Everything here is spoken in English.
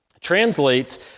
translates